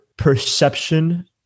perception